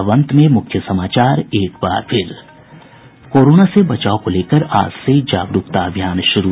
और अब अंत में मुख्य समाचार कोरोना से बचाव को लेकर आज से जागरूकता अभियान शुरू